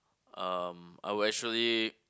um I will actually